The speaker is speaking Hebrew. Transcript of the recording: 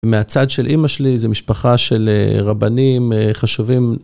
מהצד של אמא שלי זו משפחה של רבנים חשובים.